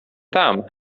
tam